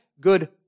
good